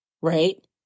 right